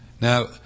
Now